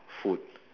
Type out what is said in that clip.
food